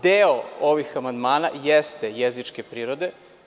Deo ovih amandmana jeste deo jezičke prirode.